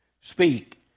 speak